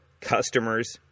customers